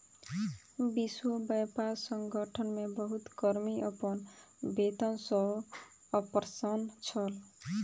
विश्व व्यापार संगठन मे बहुत कर्मी अपन वेतन सॅ अप्रसन्न छल